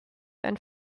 and